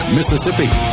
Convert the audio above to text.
Mississippi